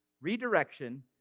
Redirection